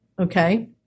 Okay